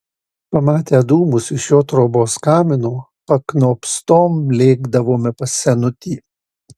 pamatę dūmus iš jo trobos kamino paknopstom lėkdavome pas senutį